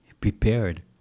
prepared